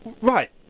Right